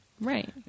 right